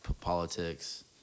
politics